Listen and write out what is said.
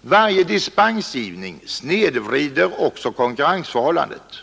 Varje dispensgivning snedvrider också konkurrensförhållandet.